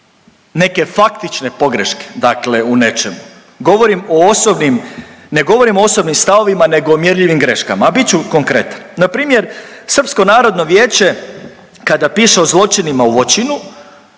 neke faktične pogreške dakle u nečemu. Govorim o osobnim, Ne govorim o osobnim stavovima nego o mjerljivim greškama, a bit ću konkretan. Na primjer, Srpsko narodno vijeće kada piše o zloćinima u Voćinu